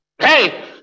Hey